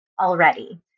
already